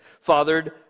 fathered